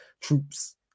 troops